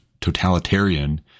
totalitarian